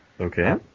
Okay